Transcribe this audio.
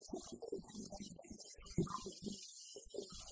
משהו פה, יש מלחמות, פיצוצים, ערבים, אה... אה...